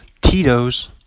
Tito's